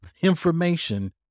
information